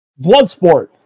Bloodsport